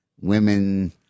women